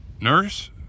Nurse